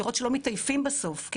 לראות שלא מתעייפים בסוף.